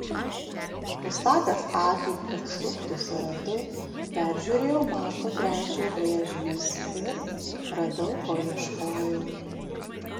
nustatęs akį kad suktųsi ratu peržiūrėjau marko iii brėžinius ir radau ko ieškojau